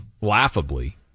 laughably